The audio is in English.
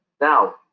now